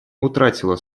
утратила